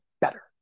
better